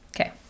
Okay